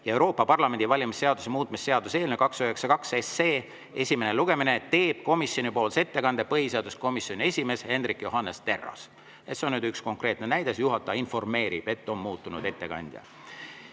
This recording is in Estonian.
ja Euroopa Parlamendi valimise seaduse muutmise seaduse eelnõu 292 esimene lugemine, teeb komisjonipoolse ettekande põhiseaduskomisjoni esimees Hendrik Johannes Terras. See on nüüd üks konkreetne näide, kus juhataja informeerib, et ettekandja